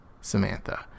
Samantha